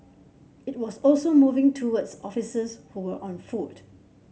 it was also moving towards officers who were on foot